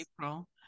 April